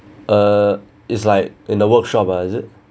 uh it's like in the workshop ah is it